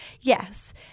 yes